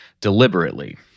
deliberately